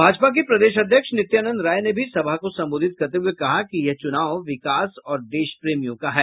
भाजपा के प्रदेश अध्यक्ष नित्यानंद राय ने भी सभा को संबोधित करते हुए कहा कि यह चुनाव विकास और देश प्रेमियों का है